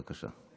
בבקשה.